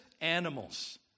animals